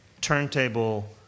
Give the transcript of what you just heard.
Turntable